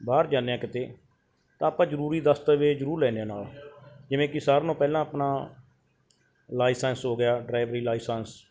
ਬਾਹਰ ਜਾਂਦੇ ਹਾਂ ਕਿਤੇ ਤਾਂ ਆਪਾਂ ਜ਼ਰੂਰੀ ਦਸਤਾਵੇਜ਼ ਜ਼ਰੂਰ ਲੈਂਦੇ ਹਾਂ ਨਾਲ ਜਿਵੇਂ ਕਿ ਸਾਰਿਆਂ ਨਾਲੋਂ ਪਹਿਲਾਂ ਆਪਣਾ ਲਾਈਸੈਂਸ ਹੋ ਗਿਆ ਡਰਾਈਵਰੀ ਲਾਈਸੈਂਸ